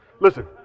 Listen